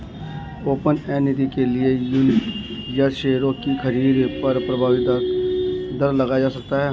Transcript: open end निधि के लिए यूनिट या शेयरों की खरीद पर प्रारम्भिक दर लगाया जा सकता है